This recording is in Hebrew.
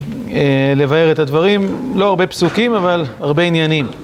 לבאר את הדברים, לא הרבה פסוקים אבל הרבה עניינים